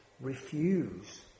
refuse